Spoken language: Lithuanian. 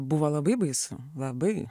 buvo labai baisu labai